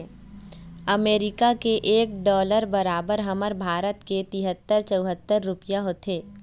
अमरीका के एक डॉलर बरोबर हमर भारत के तिहत्तर चउहत्तर रूपइया होथे